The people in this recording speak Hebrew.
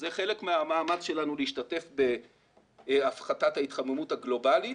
זה חלק מהמאמץ שלנו להשתתף בהפחתת ההתחממות הגלובלית.